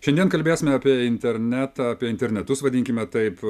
šiandien kalbėsime apie internetą apie internetus vadinkime taip